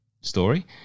story